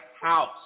House